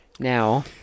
now